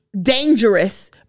Dangerous